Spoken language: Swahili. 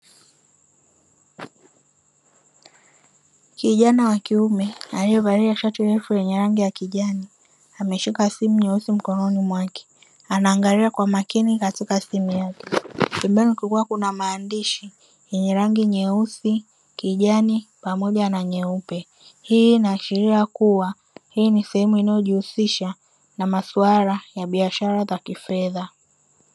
Kijana wa kiume aliyevalia shati refu lenye rangi ya kijani ameshika simu nyeusi mkononi mwake, anaangalia kwa umakini katika simu yake. Pembeni kukiwa kuna maandishi yenye rangi nyeusi, kijani pamoja na nyeupe. Hii inaashiria kuwa hii ni sehemu inayojihusisha na maswala ya biashara za kifedha.